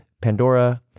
Pandora